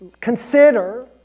consider